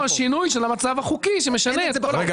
שינוי של המצב החוקי שמשנה את כל --- לא,